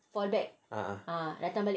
a'ah